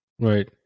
Right